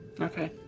Okay